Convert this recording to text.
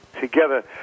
together